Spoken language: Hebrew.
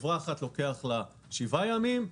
לחברה אחת לוקח שבעה ימים,